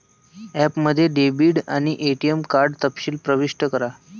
ॲपमध्ये डेबिट आणि ATM card तपशील प्रविष्ट करा